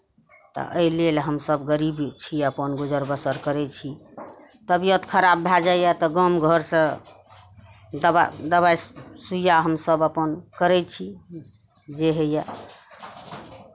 तऽ एहि लेल हमसभ गरीब छी अपन गुजर बसर करै छी तबियत खराब भए जाइए तऽ गाम घरसँ दवा दबाइ सुइआ हमसभ अपन करै छी जे होइए